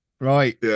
Right